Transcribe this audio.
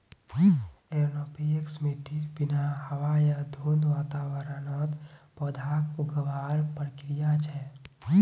aeroponics मिट्टीर बिना हवा या धुंध वातावरणत पौधाक उगावार प्रक्रिया छे